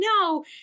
no